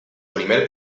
primer